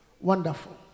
Wonderful